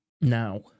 Now